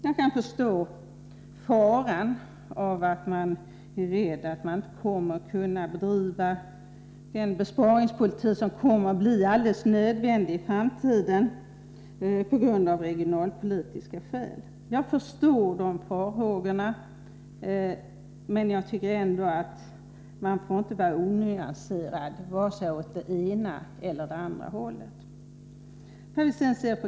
Jag kan förstå att man är rädd för att man inte kommer att kunna bedriva den besparingspolitik som kommer att bli alldeles nödvändig i framtiden av regionalpolitiska skäl. Jag förstår dessa farhågor, men jag tycker ändå att man inte får vara onyanserad, vare sig åt det ena eller det andra hållet.